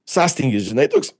sąstingis žinai toks